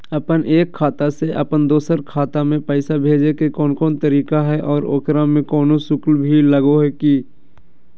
अपन एक खाता से अपन दोसर खाता में पैसा भेजे के कौन कौन तरीका है और ओकरा में कोनो शुक्ल भी लगो है की?